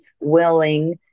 willing